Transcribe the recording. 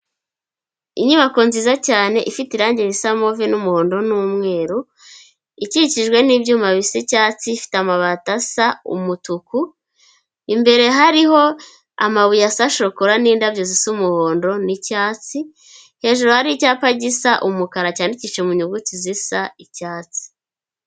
Inyubako nziza cyane ifite irangi risa move n'umuhondo n'umweru, ikikijwe n'ibyuma bisa icyatsi, ifite amabati asa umutuku, imbere hariho amabuye asa shokora n'indabyo zisa umuhondo n'icyatsi, hejuru hari icyapa gisa umukara, cyandikishije mu nyuguti zisa icyatsi.